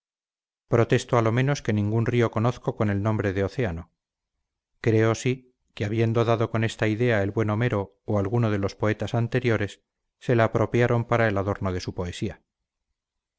protesto a lo menos que ningún río conozco con el nombre de océano creo si que habiendo dado con esta idea el buen homero o alguno de los poetas anteriores se la apropiaron para el adorno de su poesía